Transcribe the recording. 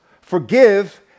Forgive